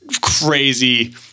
crazy